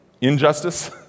Injustice